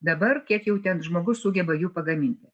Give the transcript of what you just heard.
dabar kiek jau ten žmogus sugeba jų pagaminti